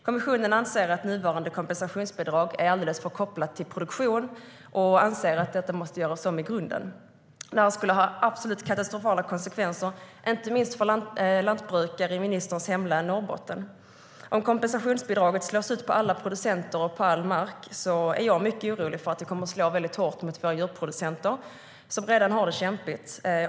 Kommissionen anser att nuvarande kompensationsbidrag är alldeles för starkt kopplat till produktion och anser att detta måste göras om i grunden. Det här skulle få absolut katastrofala konsekvenser, inte minst för lantbrukare i ministerns hemlän, Norrbotten. Om kompensationsbidraget slås ut på alla producenter och all mark är jag mycket orolig för att det kommer att slå väldigt hårt mot våra djurproducenter, som redan har det kämpigt.